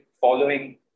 following